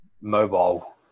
mobile